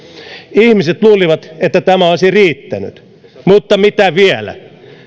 ihmiset luulivat että tämä olisi riittänyt mutta mitä vielä